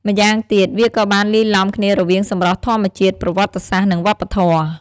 ម្យ៉ាងទៀត វាក៏បានលាយឡំគ្នារវាងសម្រស់ធម្មជាតិ ប្រវត្តិសាស្រ្ត និងវប្បធម៌។